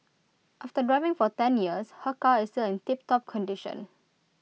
after driving for ten years her car is still in tiptop condition